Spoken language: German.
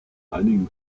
einigen